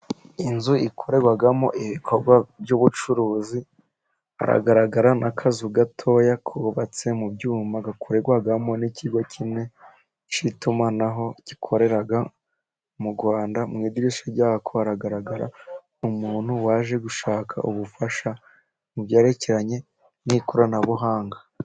Inzu ikorerwamo ibikorwa by'ubucuruzi, haragaragara n'akazu gatoya kubatse mu byuma, gakorerwamo n'ikigo kimwe cy'itumanaho gikorera mu Rwanda. Mu idirishya ryako haragaragara umuntu waje gushaka ubufasha, mu byerekeranye n'ikoranabuhanga.